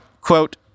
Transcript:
quote